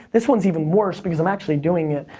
this one's even worse because i'm actually doing it.